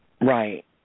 Right